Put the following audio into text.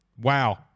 Wow